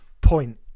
point